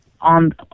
on